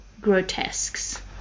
grotesques